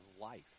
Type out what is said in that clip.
life